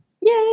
yay